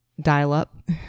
dial-up